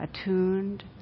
attuned